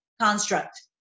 construct